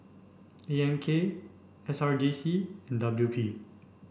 A M K S R J C and W P